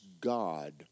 God